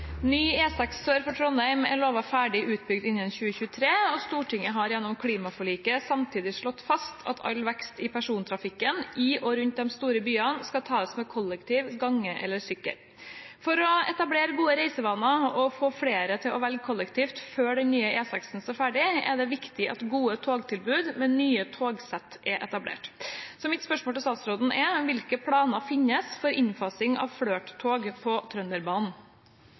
sør for Trondheim er lovet ferdig utbygd innen 2023. Stortinget har gjennom klimaforliket samtidig slått fast at all vekst i persontrafikk i og rundt de store byene skal tas med kollektiv, gange eller sykkel. For å etablere gode reisevaner og få flere til å velge kollektivt før den nye E6-en står ferdig, er det viktig at gode togtilbud med nye togsett er etablert. Hvilke planer finnes for innfasing av Flirt-tog på Trønderbanen?» Det er